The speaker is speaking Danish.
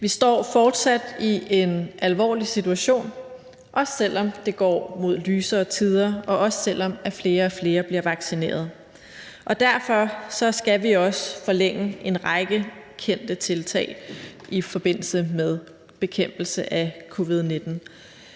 Vi står fortsat i en alvorlig situation, også selv om det går mod lysere tider, og også selv om flere og flere bliver vaccineret. Derfor skal vi også forlænge en række kendte tiltag i forbindelse med bekæmpelsen af covid-19,